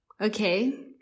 Okay